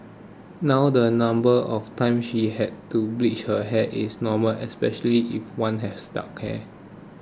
now the number of times she had to bleach her hair is normal especially if one has dark hair